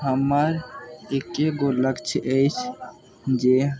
हमर एके गो लक्ष्य अछि जे